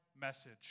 message